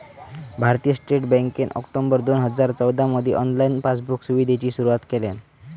भारतीय स्टेट बँकेन ऑक्टोबर दोन हजार चौदामधी ऑनलाईन पासबुक सुविधेची सुरुवात केल्यान